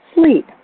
Sleep